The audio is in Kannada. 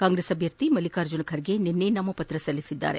ಕಾಂಗ್ರೆಸ್ ಅಭ್ಯರ್ಥಿ ಮಲ್ಲಿಕಾರ್ಜುನ ಖರ್ಗೆ ನಿನ್ನೆ ನಾಮಪತ್ರ ಸಲ್ಲಿಸಿದ್ದರು